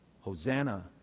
Hosanna